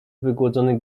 wygłodzony